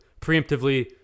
preemptively